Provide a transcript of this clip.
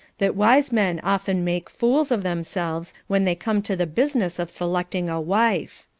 that wise men often make fools of themselves when they come to the business of selecting a wife.